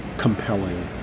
compelling